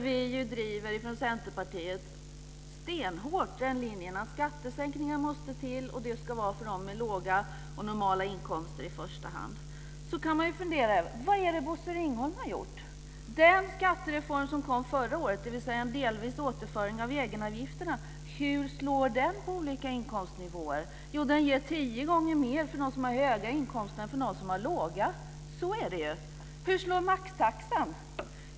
Vi från Centerpartiet driver stenhårt linjen att skattesänkningar måste till, och de ska vara riktade till dem med låga och normala inkomster i första hand. Man kan fundera över vad det är Bosse Ringholm har gjort. delvis återföring av egenavgifterna, på olika inkomstnivåer? Jo, den ger tio gånger mer för dem som har höga inkomster än för dem som har låga. Så är det ju. Hur slår maxtaxan?